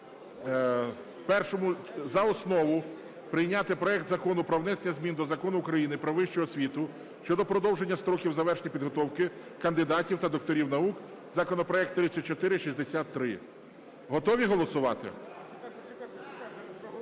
за основу прийняти проект Закону про внесення змін до Закону України "Про вищу освіту" щодо продовження строків завершення підготовки кандидатів та докторів наук (законопроект 3463). Готові голосувати?